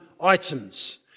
items